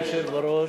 אדוני היושב-ראש,